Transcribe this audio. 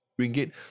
ringgit